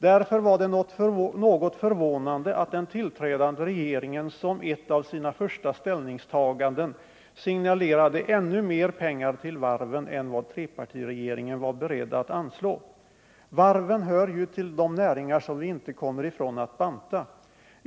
Därför var det något förvånande att den tillträdande regeringen som ett av sina första ställningstaganden signalerade ännu mer pengar till varven än vad trepartiregeringen var beredd att anslå. Varven hör ju till näringar som vi inte kommer ifrån att banta.